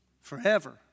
forever